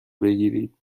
بگیرید